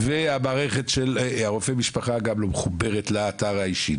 והמערכת של רופא המשפחה גם לא מחוברת לאתר האישי,